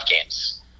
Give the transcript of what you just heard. games